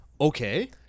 Okay